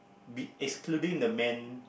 be~ excluding the man